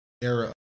era